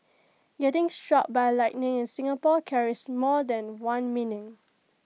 getting struck by lightning in Singapore carries more than one meaning